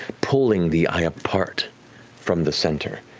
pulling the eye apart from the center,